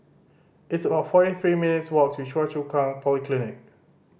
it's about forty three minutes' walk to Choa Chu Kang Polyclinic